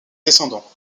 descendants